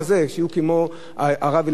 שיהיו כמו הרב אלישיב.